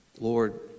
Lord